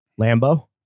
Lambo